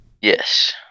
Yes